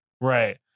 right